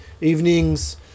evenings